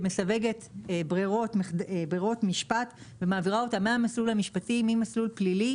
שמסווגת בררות משפט ומעבירה אותן ממסלול פלילי